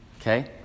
Okay